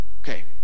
Okay